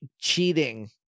cheating